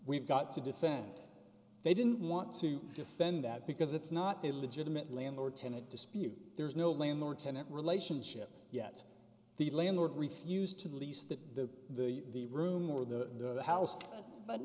we've got to defend they didn't want to defend that because it's not a legitimate landlord tenant dispute there's no landlord tenant relationship yet the landlord refused to lease the the room or the house but